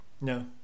No